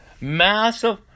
massive